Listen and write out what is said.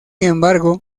embargo